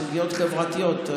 סוגיות חברתיות,